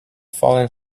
fallen